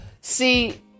See